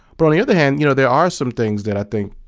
but on the other hand, you know there are some things that i think,